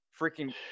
Freaking